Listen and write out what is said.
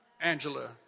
Angela